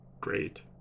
great